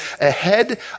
ahead